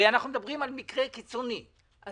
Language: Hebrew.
הרי אנחנו מדברים על מקרה קיצוני מאוד.